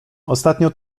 ostatnio